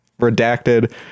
redacted